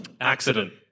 accident